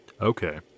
Okay